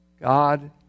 God